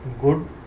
good